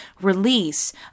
release